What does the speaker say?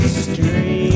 stream